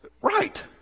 Right